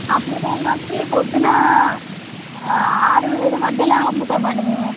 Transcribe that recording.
అమ్ముతాం వచ్చి పొద్దున్న ఆరు ఏడు మధ్యలో అమ్ముతామండి మేము